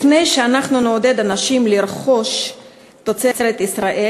לפני שנעודד אנשים לרכוש תוצרת ישראל